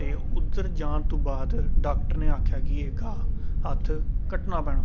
ते उद्धर जान तूं बाद डाक्टर ने आखेआ कि एह् हत्थ कट्टना पौना